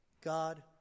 God